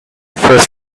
first